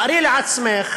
תארי לעצמך